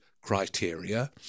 criteria